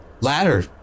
ladder